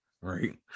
Right